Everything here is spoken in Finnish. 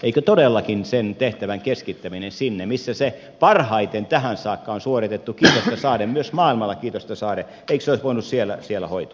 eikö todellakin sen tehtävän keskittäminen sinne missä se parhaiten tähän saakka on suoritettu kiitosta saaden myös maailmalla kiitosta saaden olisi voinut siellä hoitua